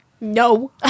No